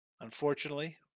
Unfortunately